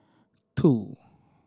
two